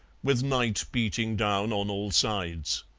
with night beating down on all sides.